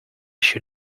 shoot